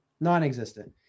Non-existent